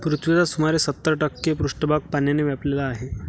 पृथ्वीचा सुमारे सत्तर टक्के पृष्ठभाग पाण्याने व्यापलेला आहे